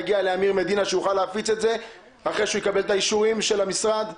יגיע לאמיר מדינה שיוכל להפיץ את זה אחרי שיקבל את האישורים של המשרד?